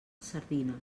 sardina